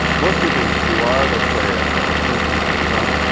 those two things if you are let's say a, a clinton, or a trump,